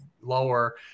lower